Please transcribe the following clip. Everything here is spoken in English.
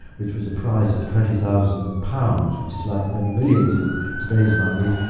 which was a prize of twenty thousand pounds, which is like many millions in today's money,